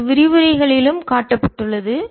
இது விரிவுரைகளிலும் காட்டப்பட்டுள்ளது